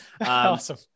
Awesome